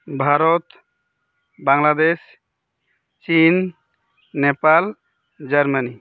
ᱵᱷᱟᱨᱚᱛ ᱵᱟᱝᱞᱟᱫᱮᱥ ᱪᱤᱱ ᱱᱮᱯᱟᱞ ᱡᱟᱨᱢᱟᱱᱤ